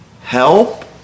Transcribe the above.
help